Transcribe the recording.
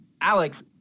Alex